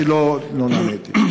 לא נעניתי.